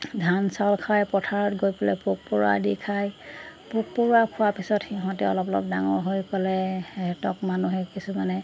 ধান চাউল খায় পথাৰত গৈ পেলাই পোক পৰুৱা দি খায় পোক পৰুৱা খোৱাৰ পিছত সিহঁতে অলপ অলপ ডাঙৰ হৈ গ'লে সিহঁতক মানুহে কিছুমানে